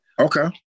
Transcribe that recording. Okay